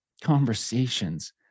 Conversations